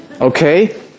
okay